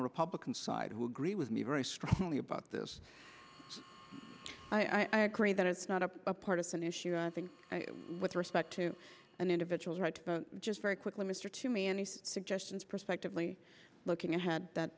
the republican side who agree with me very strongly about this i agree that it's not a partisan issue i think with respect to an individual's rights just very quickly mr to me any suggestions prospectively looking ahead that